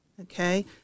okay